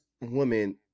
woman